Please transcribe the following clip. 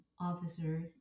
officer